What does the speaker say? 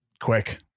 quick